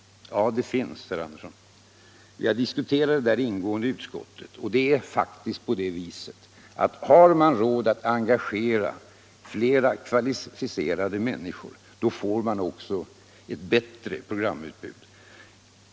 Ja, det finns, herr Andersson. Vi har diskuterat detta ingående i utskottet. Har man råd att engagera flera kvalificerade människor, får man faktiskt ett bättre programutbud.